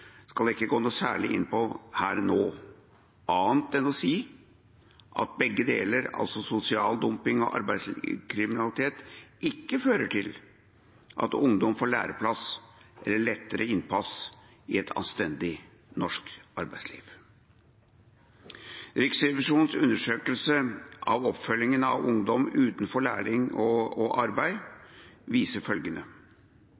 skal jeg ikke gå noe særlig inn på nå, annet enn å si at sosial dumping og arbeidslivskriminalitet ikke fører til at ungdom får læreplass eller lettere innpass i et anstendig norsk arbeidsliv. Riksrevisjonens undersøkelse av oppfølgingen av ungdom utenfor opplæring og arbeid